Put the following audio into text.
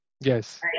Yes